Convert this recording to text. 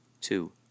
Two